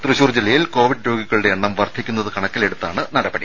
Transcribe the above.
തൃശൂർ ജില്ലയിൽ കോവിഡ് രോഗികളുടെ എണ്ണം വർദ്ധിക്കുന്നത് കണക്കിലെടുത്താണ് നടപടി